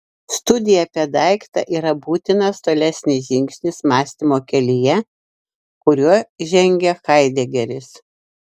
studija apie daiktą yra būtinas tolesnis žingsnis mąstymo kelyje kuriuo žengia haidegeris